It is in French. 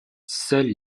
seuls